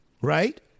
Right